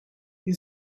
you